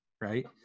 Right